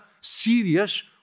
serious